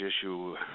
issue